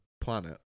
planet